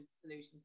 solutions